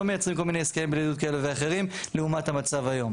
מייצרים כל מיני הסכמי בריאות כאלה ואחרים לעומת המצב היום.